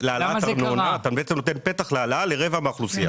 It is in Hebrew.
ארנונה אתה נותן אותות לרבע מהאוכלוסייה.